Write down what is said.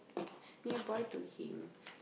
is nearby to him